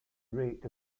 rate